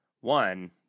One